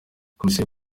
komisiyo